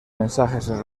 mensajes